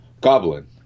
Goblin